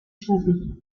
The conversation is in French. choisie